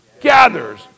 gathers